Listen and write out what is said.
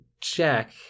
jack